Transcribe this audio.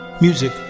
Music